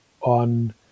on